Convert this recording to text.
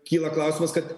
kyla klausimas kad